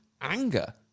anger